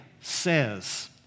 says